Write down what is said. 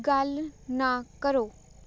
ਗੱਲ ਨਾ ਕਰੋ